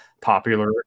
popular